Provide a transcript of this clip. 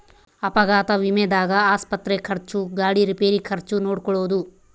ಅಪಘಾತ ವಿಮೆದಾಗ ಆಸ್ಪತ್ರೆ ಖರ್ಚು ಗಾಡಿ ರಿಪೇರಿ ಖರ್ಚು ನೋಡ್ಕೊಳೊದು